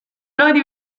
nodi